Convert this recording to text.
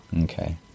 Okay